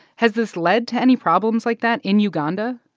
has this led to any problems like that in uganda?